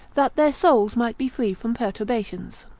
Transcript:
that their souls might be free from perturbations.